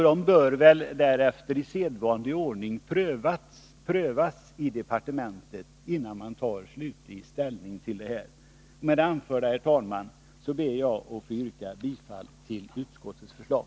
De bör därefter i sedvanlig ordning prövas i departementet innan man tar slutlig ställning. Med det anförda, herr talman, ber jag att få yrka bifall till utskottets förslag.